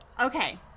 okay